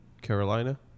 Carolina